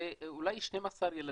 זה אולי 12 ילדים,